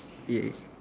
ya